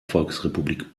volksrepublik